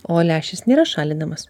o lęšis nėra šalinamas